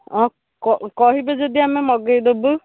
ହଁ କହିବେ ଯଦି ଆମେ ମଗେଇ ଦେବୁ